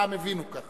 פעם הבינו כך.